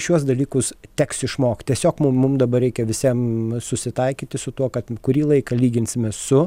šiuos dalykus teks išmokt tiesiog mum mum dabar reikia visiem susitaikyti su tuo kad kurį laiką lyginsime su